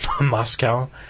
Moscow